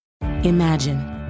Imagine